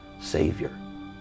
Savior